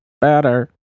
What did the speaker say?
better